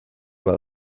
bat